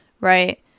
right